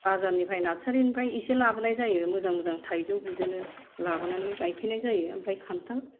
बाजारनिफ्राय नार्सारिनिफ्राय एसे लाबोनाय जायो मोजां मोजां थाइजौ बिदिनो लाबोनानै गायफैनाय जायो ओमफ्राय खान्थाल